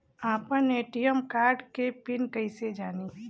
आपन ATM card के PIN कईसे जानी?